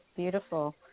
Beautiful